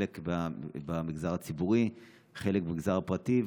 חלק במגזר הציבורי וחלק במגזר הפרטי,